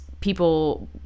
people